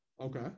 Okay